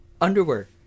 underwear